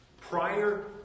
prior